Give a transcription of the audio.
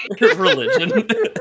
religion